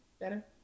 Better